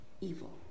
evil